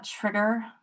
trigger